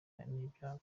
n’ibyago